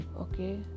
Okay